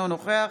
אינו נוכח